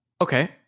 Okay